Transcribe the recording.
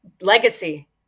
Legacy